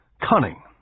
cunning